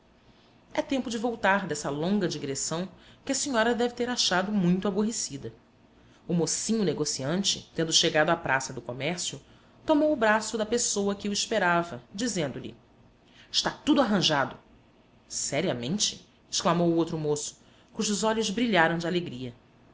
é tempo de voltar dessa longa digressão que a senhora deve ter achado muito aborrecida o mocinho negociante tendo chegado à praça do comércio tomou o braço da pessoa que o esperava dizendo-lhe está tudo arranjado seriamente exclamou o outro moço cujos olhos brilharam de alegria